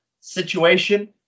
situation